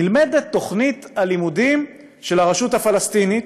נלמדת תוכנית הלימודים של הרשות הפלסטינית,